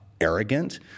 arrogant